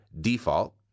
default